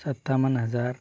सत्तावन हजार